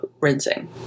rinsing